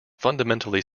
fundamentally